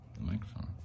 microphone